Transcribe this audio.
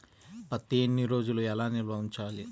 పత్తి ఎన్ని రోజులు ఎలా నిల్వ ఉంచాలి?